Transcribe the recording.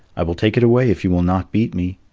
i will take it away if you will not beat me,